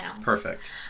Perfect